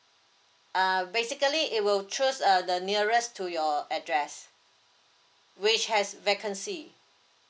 err basically it will choose err the nearest to your address which has vacancy